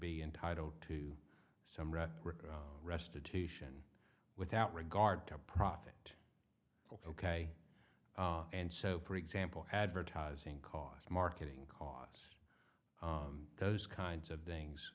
be entitled to some restitution without regard to profit ok and so for example advertising costs marketing costs those kinds of things